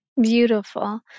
Beautiful